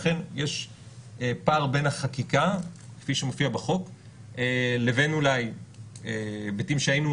אכן יש פער בין החקיקה כפי שמופיע בחוק לבין אולי היבטים שהיינו